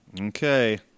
Okay